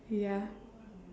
ya